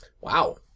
Wow